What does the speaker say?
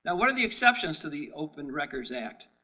and one of the exceptions to the open records act.